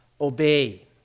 obey